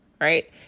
right